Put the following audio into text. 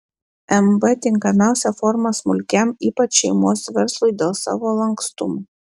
mb tinkamiausia forma smulkiam ypač šeimos verslui dėl savo lankstumo